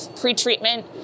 pre-treatment